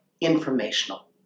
informational